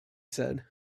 said